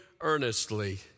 earnestly